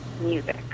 Music